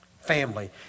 family